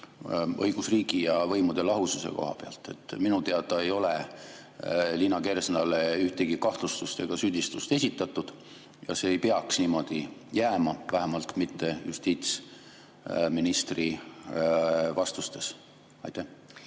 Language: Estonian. õigusriigi ja võimude lahususe kohta? Minu teada ei ole Liina Kersnale ühtegi kahtlustust ega süüdistust esitatud ja see [süüdistus] ei peaks niimoodi [õhku] jääma, vähemalt mitte justiitsministri vastustes. Aitäh!